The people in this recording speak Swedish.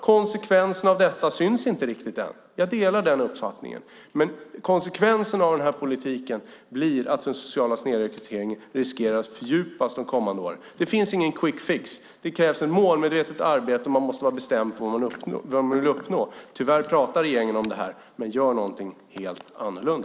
Konsekvensen av detta syns inte riktigt än; jag delar den uppfattningen. Men konsekvensen av den här politiken blir att den sociala snedrekryteringen riskerar att fördjupas de kommande åren. Det finns ingen quick fix, det krävs ett målmedvetet arbete, och man måste vara bestämd med vad man vill uppnå. Regeringen pratar om detta men gör tyvärr någonting helt annorlunda.